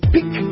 Pick